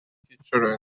teacher